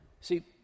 See